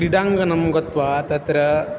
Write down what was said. क्रीडाङ्गनं गत्वा तत्र